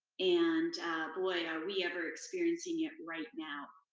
and boy, are we ever experiencing it right now.